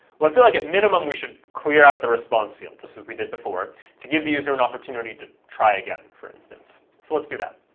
well, i feel like at minimum, we should clear out the response field just as we did before to give the user an opportunity to try again, for instance. so let's do that.